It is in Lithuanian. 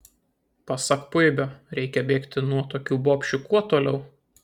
pasak puibio reikia bėgti nuo tokių bobšių kuo toliau